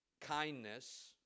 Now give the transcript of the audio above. kindness